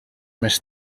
més